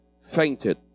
fainted